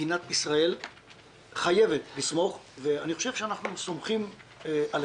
מדינת ישראל חייבת לסמוך ואני חושב שאנחנו סומכים עליכם